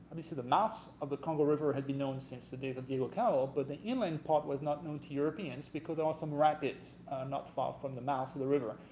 i mean the mouth of the congo river had been known since the days of diego cao but the inland part was not known to europeans because there are some rapids not far from the mouth of the river,